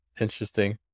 Interesting